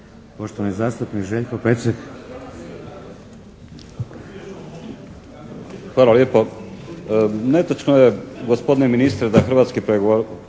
Hvala lijepo.